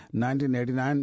1989